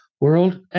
world